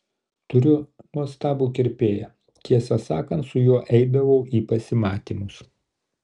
turiu nuostabų kirpėją tiesą sakant su juo eidavau į pasimatymus